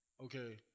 Okay